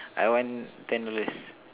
I want ten dollars